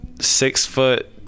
six-foot